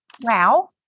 Wow